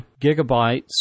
gigabytes